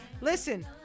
Listen